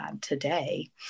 today